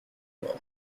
mort